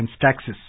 taxes